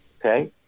okay